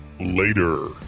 later